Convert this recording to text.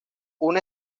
una